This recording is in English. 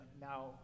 now